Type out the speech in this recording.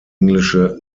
englische